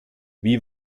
wie